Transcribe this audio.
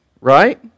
Right